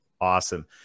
awesome